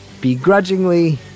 begrudgingly